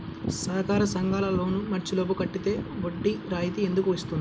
సహకార సంఘాల లోన్ మార్చి లోపు కట్టితే వడ్డీ రాయితీ ఎందుకు ఇస్తుంది?